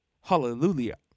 hallelujah